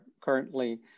currently